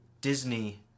Disney